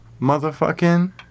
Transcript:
motherfucking